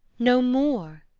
no more?